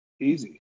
easy